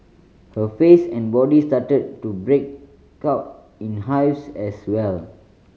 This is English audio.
her face and body started to break out in hives as well